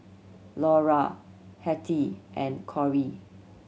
Laura Hetty and Cory